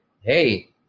hey